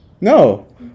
No